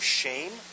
shame